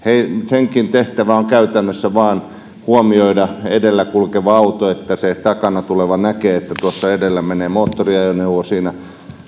niidenkin tehtävä on käytännössä vain huomioida edellä kulkeva auto että se takana tuleva näkee että tuossa edellä menee moottoriajoneuvo siinä